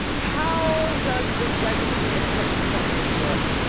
how does the registry of sex offenders work?